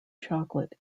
chocolate